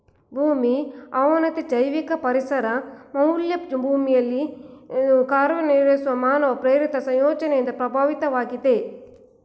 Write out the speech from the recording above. ಭೂಮಿ ಅವನತಿ ಜೈವಿಕ ಪರಿಸರ ಮೌಲ್ಯ ಭೂಮಿಲಿ ಕಾರ್ಯನಿರ್ವಹಿಸೊ ಮಾನವ ಪ್ರೇರಿತ ಸಂಯೋಜನೆಯಿಂದ ಪ್ರಭಾವಿತವಾಗಿದೆ